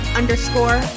underscore